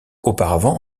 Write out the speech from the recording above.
auparavant